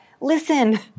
listen